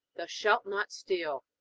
thou shalt not steal.